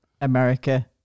America